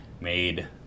made